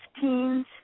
teens